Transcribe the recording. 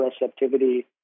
receptivity